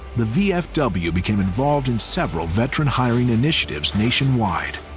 the vfw became involved in several veteran hiring initiatives nationwide.